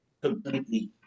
completely